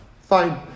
Fine